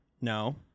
No